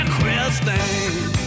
Christine